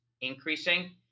increasing